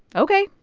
ok,